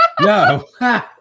No